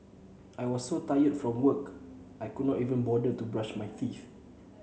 I was so tired from work I could not even bother to brush my teeth